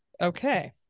Okay